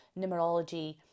numerology